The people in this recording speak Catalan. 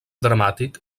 dramàtic